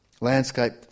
Landscape